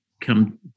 come